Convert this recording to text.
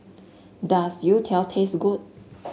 does Youtiao taste good